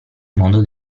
mondo